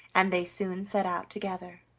and they soon set out together.